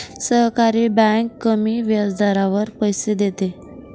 सहकारी बँक कमी व्याजदरावर पैसे देते